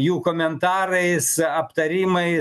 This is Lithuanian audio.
jų komentarais aptarimai